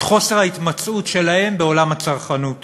את חוסר ההתמצאות שלהם בעולם הצרכנות.